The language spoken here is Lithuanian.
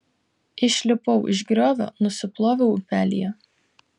išlipau iš griovio nusiploviau upelyje